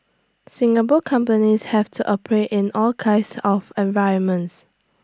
Singapore companies have to operate in all kinds of environments